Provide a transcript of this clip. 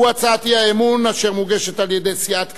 הוא הצעת האי-אמון אשר מוגשת על-ידי סיעת קדימה,